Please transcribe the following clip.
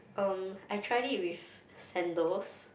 um I tried it with sandals